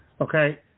Okay